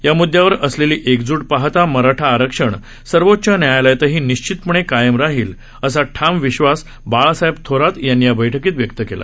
या मूद्यावर असलेली एकजूट पाहता मराठा आरक्षण सर्वोच्च न्यायालयातही निश्चितपणे कायम राहिल असा ठाम विश्वास बाळासाहेब थोरात यांनी या बैठकीत व्यक्त केला